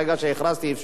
ברגע שהכרזתי, אי-אפשר.